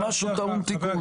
שמשהו טעון תיקון.